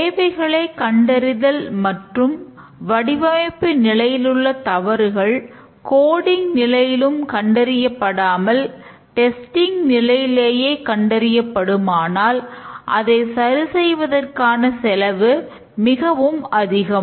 தேவைகளை கண்டறிதல் மற்றும் வடிவமைப்பு நிலையிலுள்ள தவறுகள் கோடிங் நிலையிலேயே கண்டறியப்படுமானால் அதை சரி செய்வதற்கான செலவு மிகவும் அதிகம்